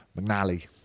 McNally